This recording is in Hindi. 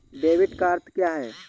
डेबिट का अर्थ क्या है?